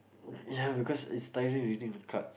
ya because it's tiring reading through cards